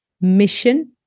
mission